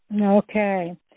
Okay